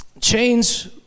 Chains